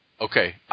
Okay